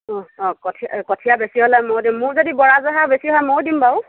অ অ কঠীয়া বেছি হ'লে মইও দিম মোৰ যদি বৰা জহা বেছি হয় মইও দিম বাৰু